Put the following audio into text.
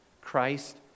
Christ